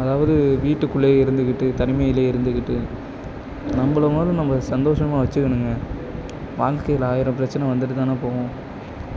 அதாவது வீட்டுக்குள்ளேயே இருந்துக்கிட்டு தனிமையிலே இருந்துக்கிட்டு நம்மள முதல்ல நம்ம சந்தோஷமாக வச்சிக்கணுங்க வாழ்க்கையில் ஆயிரம் பிரச்சனை வந்துட்டு தானே போகும்